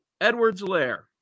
Edwards-Lair